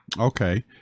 Okay